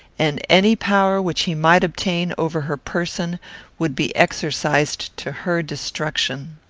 and any power which he might obtain over her person would be exercised to her destruction.